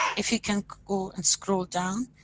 if you can go and scroll down?